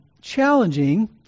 challenging